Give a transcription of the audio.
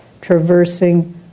traversing